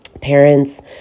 parents